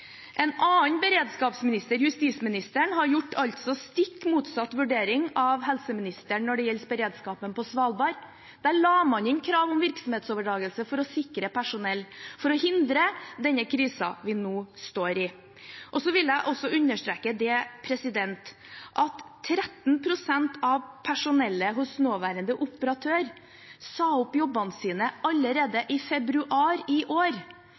En annen beredskapsminister, justisministeren, har gjort stikk motsatt vurdering av det helseministeren har gjort når det gjelder beredskapen på Svalbard. Der la man inn krav om virksomhetsoverdragelse for å sikre personell og for å hindre den krisen vi nå står i. Jeg vil også understreke at 13 pst. av personellet hos nåværende operatør sa opp jobbene sine allerede i februar i år.